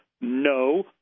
no